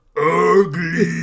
UGLY